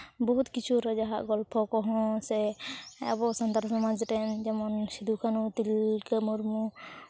ᱵᱚᱦᱩᱫ ᱠᱤᱪᱷᱩ ᱡᱟᱦᱟᱣᱟᱜ ᱜᱚᱞᱯᱷᱚ ᱠᱚᱦᱚᱸ ᱥᱮ ᱟᱵᱚ ᱥᱟᱱᱛᱟᱲ ᱥᱚᱢᱟᱡᱽ ᱨᱮᱱ ᱡᱮᱢᱚᱱ ᱥᱤᱫᱩ ᱠᱟᱹᱱᱩ ᱛᱤᱞᱠᱟᱹ ᱢᱩᱨᱢᱩ